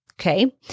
Okay